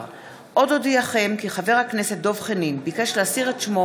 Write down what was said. עוד אודיעכם כי חבר הכנסת דב חנין ביקש להסיר את שמו